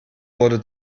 wurde